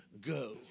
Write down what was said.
Go